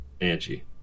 Angie